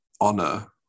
honor